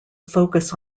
focus